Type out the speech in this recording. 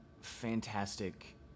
fantastic